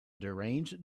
deranged